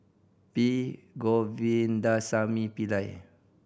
P Govindasamy Pillai